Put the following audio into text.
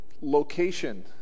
location